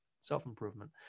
self-improvement